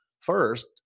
First